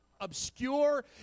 obscure